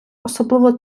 особливо